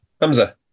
Hamza